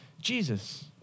Jesus